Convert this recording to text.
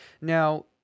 Now